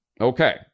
Okay